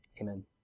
amen